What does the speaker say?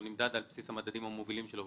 הוא נמדד על בסיס המדדים המובילים שלו.